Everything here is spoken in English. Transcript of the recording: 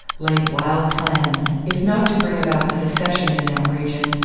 laid wild plans, if not to bring about a secession in that region,